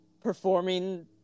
performing